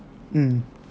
mm